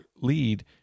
lead